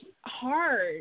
hard